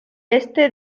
este